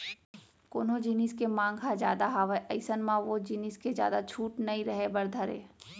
कोनो जिनिस के मांग ह जादा हावय अइसन म ओ जिनिस के जादा छूट नइ रहें बर धरय